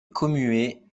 commuée